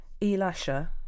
Elasha